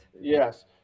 Yes